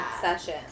session